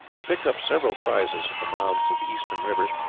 they picked up several prizes at the mouths of the eastern rivers,